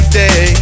day